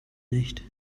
nicht